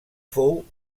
fou